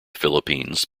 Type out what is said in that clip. philippines